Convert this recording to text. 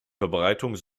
verbreitung